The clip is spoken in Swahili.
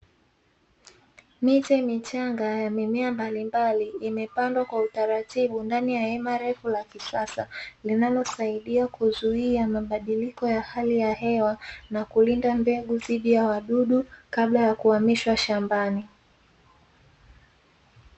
Miche michanga ya mimemea mbalimbali zimepandwa ndani ya hema la kisasa linalozuia uharibifu wa miche hiyo kabla ya kuhamishwa shambani